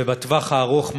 ובטווח הארוך,